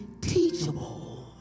teachable